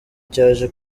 cyaje